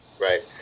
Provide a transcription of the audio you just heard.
right